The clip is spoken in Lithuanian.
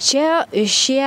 čia šie